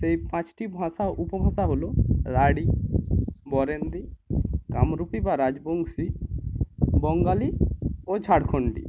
সেই পাঁচটি ভাষা উপভাষা হলো রাঢ়ী বরেন্দ্রী কামরূপী বা রাজবংশী বঙ্গালী ও ঝাড়খন্ডী